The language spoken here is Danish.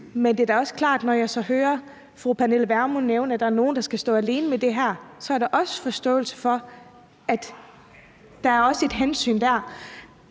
Men det er da også klart, at når jeg så hører fru Pernille Vermund nævne, at der er nogle, der skal stå alene med det her, har jeg også forståelse for, at der er et hensyn at